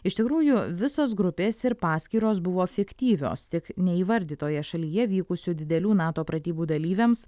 iš tikrųjų visos grupės ir paskyros buvo fiktyvios tik neįvardytoje šalyje vykusių didelių nato pratybų dalyviams